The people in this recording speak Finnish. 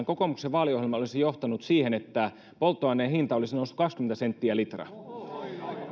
kokoomuksen vaaliohjelma olisi johtanut siihen että polttoaineen hinta olisi noussut kaksikymmentä senttiä per litra